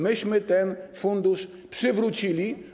Myśmy ten fundusz przywrócili.